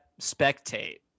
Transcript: spectate